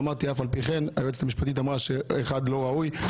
אמרתי שאף על פי כן היועצת המשפטית אמרה שאחד לא ראוי.